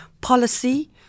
policy